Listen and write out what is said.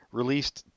released